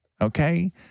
Okay